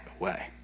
away